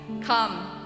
Come